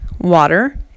water